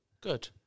Good